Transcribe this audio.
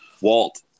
Walt